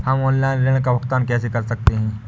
हम ऑनलाइन ऋण का भुगतान कैसे कर सकते हैं?